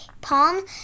palm